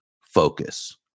focus